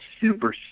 super